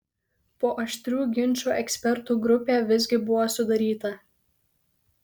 po aštrių ginčų ekspertų grupė visgi buvo sudaryta